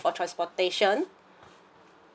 for transportation